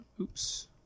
oops